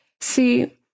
See